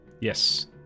Yes